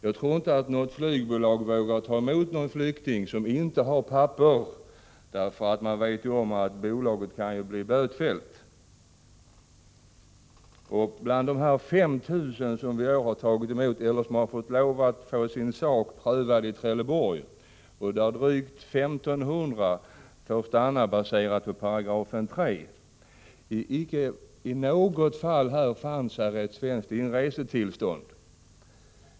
Jag tror inte att något flygbolag vågar ta emot en flykting som inte har papper, för flygbolaget vet ju om att det kan bli bötfällt. Av de 5 000 människor som vi i år har tagit emot eller som har fått lov att få sin sak prövad i Trelleborg har drygt 1 500 fått stanna i landet enligt 3 § utlänningslagen. Inte någon av dessa hade svenskt inresetillstånd.